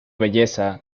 belleza